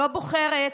לא בוחרת